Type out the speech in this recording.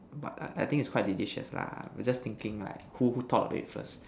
but I I think it's quite delicious lah but just thinking like who thought of it first